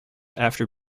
after